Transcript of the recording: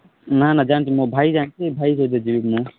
ନାଁ ନାଁ ଜାଣିଛି ମୋ ଭାଇ ଜାଣିଛି ଭାଇ ସହିତ ଯିବି ମୁଁ